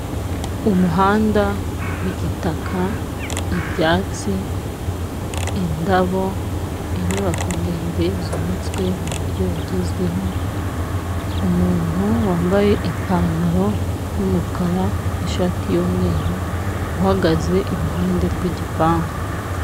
Umuhanda w'igitaka, ibyatsi, indabo, inyubako ndende zubatswe mu buryo bugezweho, umuntu wambaye ipantalo y'umukara n'ishati y'umweru uhagaze iruhande rw'igipangu.